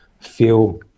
feel